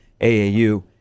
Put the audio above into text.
AAU